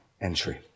entry